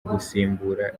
gusimbura